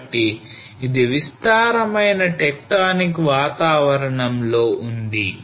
కాబట్టి ఇది విస్తారమైన టెక్టోనిక్ వాతావరణంలో ఉంది